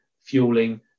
fueling